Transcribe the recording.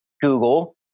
Google